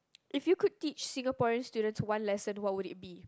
if you could teach Singaporean students one lesson what would it be